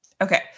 Okay